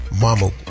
mama